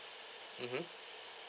mmhmm